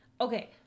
Okay